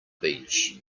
beach